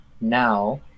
now